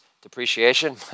depreciation